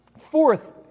Fourth